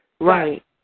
Right